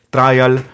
Trial